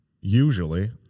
Usually